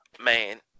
Man